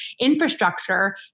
infrastructure